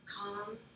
calm